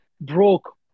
broke